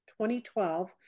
2012